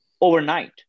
overnight